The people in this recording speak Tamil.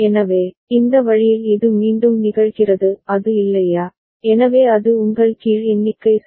எனவே இந்த வழியில் இது மீண்டும் நிகழ்கிறது அது இல்லையா எனவே அது உங்கள் கீழ் எண்ணிக்கை சரி